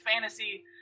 fantasy